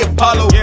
Apollo